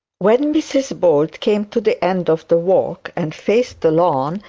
when mrs bold came to the end of the walk and faced the lawn,